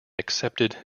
accepted